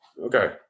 Okay